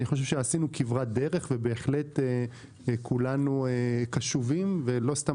אני חושב שעשינו כברת דרך ובהחלט כולנו קשובים ולא סתם